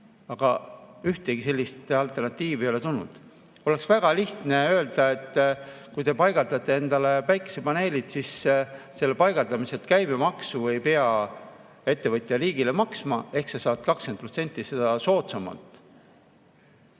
Aga ühtegi sellist alternatiivi ei ole tulnud. Oleks väga lihtne öelda, et kui te paigaldate endale päikesepaneelid, siis nende paigaldamiselt käibemaksu ei pea ettevõtja riigile maksma, seega sa saad 20% seda soodsamalt.